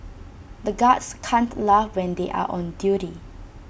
the guards can't laugh when they are on duty